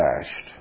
dashed